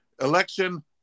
election